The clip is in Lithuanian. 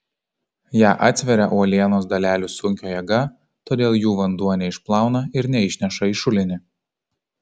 ją atsveria uolienos dalelių sunkio jėga todėl jų vanduo neišplauna ir neišneša į šulinį